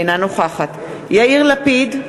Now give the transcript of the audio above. אינה נוכחת יאיר לפיד,